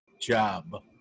job